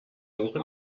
suche